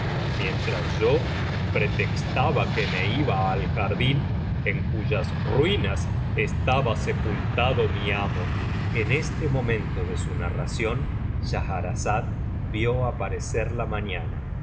mientras yo pretextaba que me iba al jardín en cuyas ruinas estaba sepultado mí amo en este momento de su narración schahrazada vio aparecer la mañana